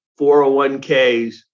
401ks